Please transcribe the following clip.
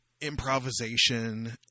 improvisation